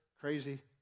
crazy